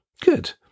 Good